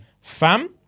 Fam